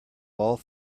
all